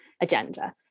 agenda